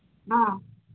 ꯑꯥ